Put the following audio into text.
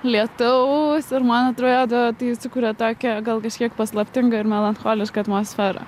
lietaus ir man atrodo tai sukuria tokią gal kažkiek paslaptingą ir melancholišką atmosferą